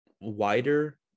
wider